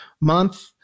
month